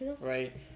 right